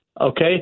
okay